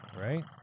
right